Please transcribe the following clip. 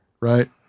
right